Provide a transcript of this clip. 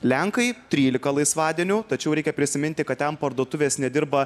lenkai trylika laisvadienių tačiau reikia prisiminti kad ten parduotuvės nedirba